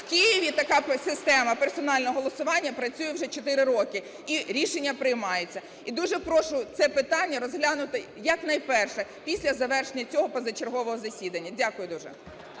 В Києві така система персонального голосування працює вже 4 роки, і рішення приймаються. І дуже прошу це питання розглянути якнайперше після завершення цього позачергового засідання. Дякую дуже.